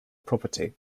property